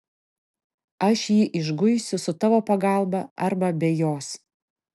aš jį išguisiu su tavo pagalba arba be jos